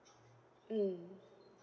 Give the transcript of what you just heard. mm